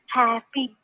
happy